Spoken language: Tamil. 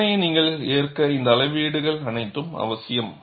சோதனையை நீங்கள் ஏற்க இந்த அளவீடுகள் அனைத்தும் அவசியம்